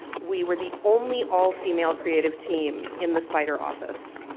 we were the only all-female creative team in the spider office.